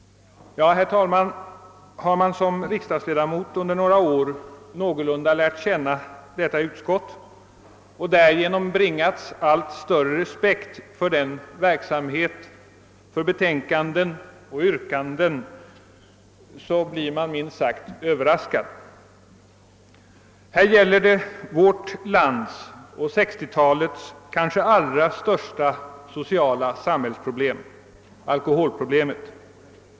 Herr talman! Har man som riksdagsledamot under några år någorlunda väl lärt känna bevillningsutskottet och därigenom bibringats en allt större respekt för dess verksamhet och för dess betänkanden och yttranden blir man minst sagt överraskad. Det gäller vårt lands under 1960-talet kanske allra största problem, alkoholproblemet.